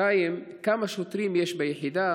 2. כמה שוטרים יש ביחידה?